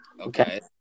Okay